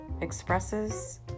expresses